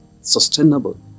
sustainable